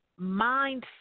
mindset